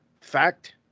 fact